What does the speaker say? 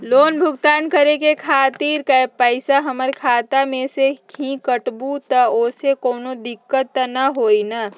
Loan भुगतान करे के खातिर पैसा हमर खाता में से ही काटबहु त ओसे कौनो दिक्कत त न होई न?